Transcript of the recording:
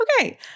Okay